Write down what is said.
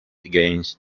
against